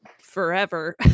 forever